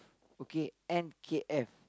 okay N_K_F